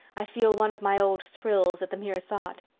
i feel one of my old thrills at the mere thought.